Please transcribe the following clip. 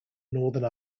northern